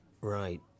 Right